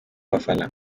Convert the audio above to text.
bafana